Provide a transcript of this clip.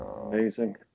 Amazing